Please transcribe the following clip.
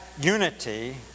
unity